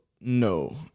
no